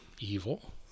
Evil